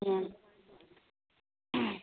ꯎꯝ